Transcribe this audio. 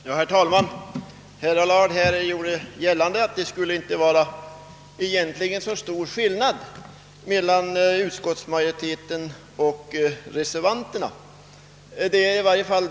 Herr talman! Herr Allard gjorde gällande att det egentligen inte skulle vara så stor skillnad mellan utskottsmajoritetens och reservanternas uppfattning.